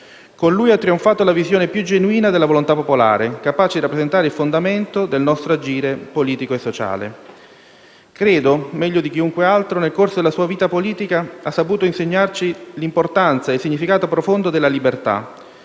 Con lui ha trionfato la visione più genuina della volontà popolare, capace di rappresentare il fondamento del nostro agire politico e sociale. Credo che, meglio di chiunque altro, nel corso della sua vita politica abbia saputo insegnarci l'importanza e il significato profondo della libertà,